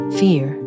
fear